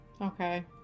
Okay